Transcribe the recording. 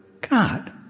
God